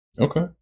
Okay